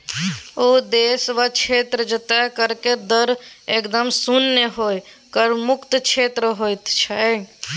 ओ देश वा क्षेत्र जतय करक दर एकदम शुन्य होए कर मुक्त क्षेत्र होइत छै